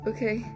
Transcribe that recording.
Okay